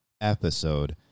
episode